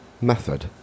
Method